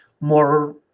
more